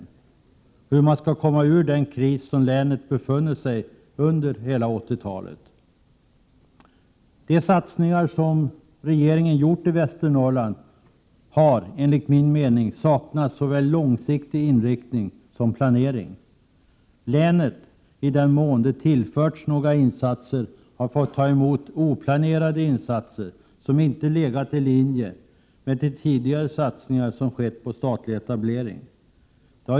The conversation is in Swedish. Hur skall man där kunna komma ut ur den kris som länet befunnit sig i under hela 80-talet? När det gäller de satsningar som regeringen gjort i Västernorrland saknas det, enligt min mening, såväl långsiktig inriktning som planering. Länet — i den mån det tillförts några insatser — har fått ta emot oplanerade insatser som inte varit i linje med tidigare satsningar på statlig etablering.